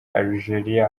algeria